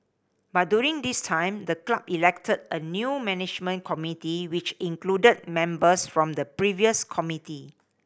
but during this time the club elected a new management committee which included members from the previous committee